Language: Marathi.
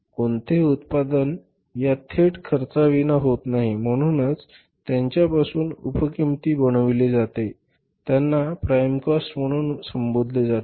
कोणतेही उत्पादन या थेट खर्चाविना होत नाही म्हणूनच त्यांच्यापासून उप किंमत बनविली जाते त्यांना प्राइम कॉस्ट म्हणून संबोधले जाते